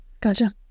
gotcha